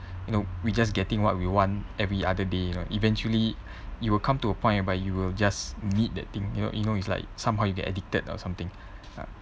you know we just getting what we want every other day you know eventually you will come to a point but you will just need that thing you you know it's like somehow you get addicted or something